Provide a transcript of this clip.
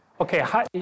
Okay